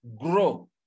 Grow